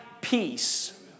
peace